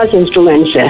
instruments